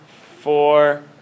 four